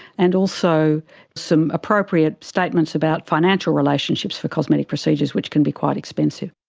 and also some appropriate statements about financial relationships for cosmetic procedures, which can be quite expensive.